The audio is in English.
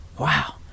Wow